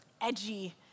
edgy